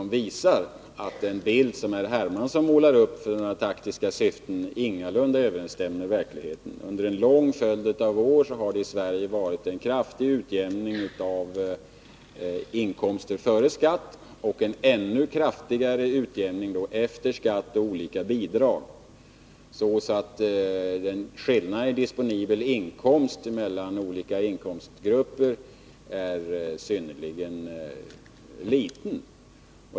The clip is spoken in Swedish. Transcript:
Det visar att den bild som herr Hermansson i taktiskt syfte målar upp ingalunda överensstämmer med verkligheten. Under en lång följd av år har det i Sverige förekommit en kraftig utjämning av inkomsterna före skatt och en ännu kraftigare utjämning efter skatt och med hänsyn tagen till olika bidrag, varför skillnaden i disponibel inkomst mellan olika inkomstgrupper är synnerligen liten.